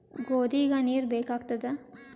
ಗೋಧಿಗ ನೀರ್ ಬೇಕಾಗತದ?